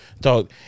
dog